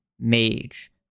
Mage